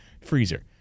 freezer